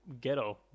ghetto